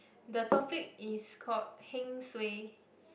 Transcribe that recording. the topic is called heng suay